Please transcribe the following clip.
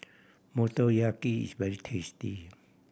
Motoyaki is very tasty